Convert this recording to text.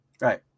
right